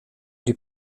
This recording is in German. die